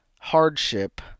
hardship